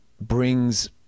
brings